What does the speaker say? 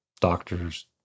doctors